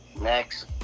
Next